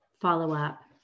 follow-up